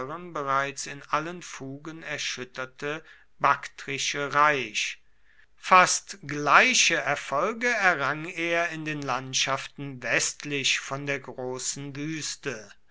bereits in allen fugen erschütterte baktrische reich fast gleiche erfolge errang er in den landschaften westlich von der großen wüste